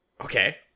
Okay